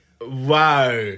Wow